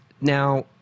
now